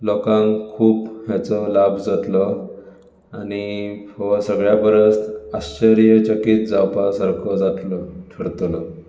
लोकांक खूू हेचो लाब जातलो आनी हो सगळ्या परस आश्चर्यचकित जावपा सारको जातलो थारतलो